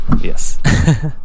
yes